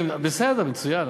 בסדר, מצוין.